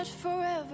forever